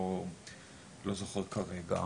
לא זוכר כרגע,